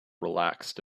relaxed